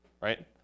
right